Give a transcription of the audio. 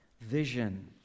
vision